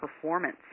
Performance